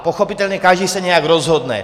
Pochopitelně každý se nějak rozhodne.